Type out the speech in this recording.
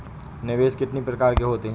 निवेश कितनी प्रकार के होते हैं?